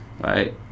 Right